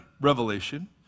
Revelation